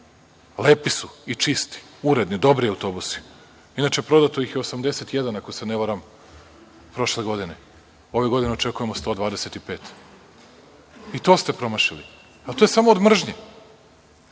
Lepi su i čisti, uredni i dobri autobusi. Inače, prodato ih je 81, ako se ne varam, prošle godine, a ove godine očekujemo 125 i to ste promašili, a to je samo od mržnje.